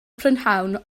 prynhawn